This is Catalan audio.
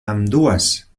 ambdues